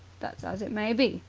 that's as it may be.